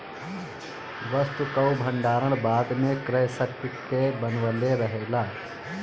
वस्तु कअ भण्डारण बाद में क्रय शक्ति के बनवले रहेला